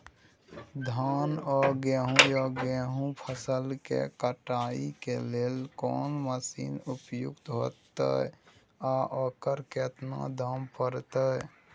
धान आ गहूम या गेहूं फसल के कटाई के लेल कोन मसीन उपयुक्त होतै आ ओकर कतेक दाम परतै?